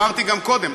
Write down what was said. אמרתי גם קודם.